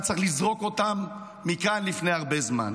היה צריך לזרוק אותם מכאן לפני הרבה זמן.